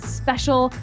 special